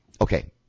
Okay